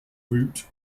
route